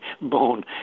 bone